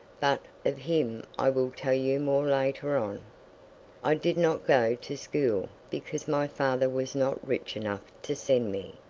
but of him i will tell you more later on. i did not go to school because my father was not rich enough to send me.